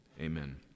Amen